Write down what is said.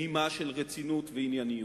נימה של רצינות וענייניות.